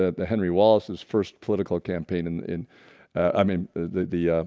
ah the henry wallace's first political campaign and in i mean the the